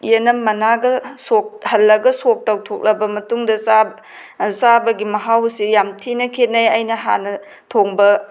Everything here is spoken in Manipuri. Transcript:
ꯌꯦꯅꯝ ꯃꯅꯥꯒ ꯁꯣꯛ ꯇꯧꯊꯣꯛꯂꯕ ꯃꯇꯨꯡꯗ ꯆꯥꯕꯒꯤ ꯃꯍꯥꯎꯁꯤ ꯌꯥꯝ ꯊꯤꯅ ꯈꯦꯟꯅꯩ ꯑꯩꯅ ꯍꯥꯟꯅ ꯊꯣꯡꯕ